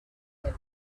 that